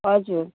हजुर